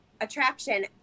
Attraction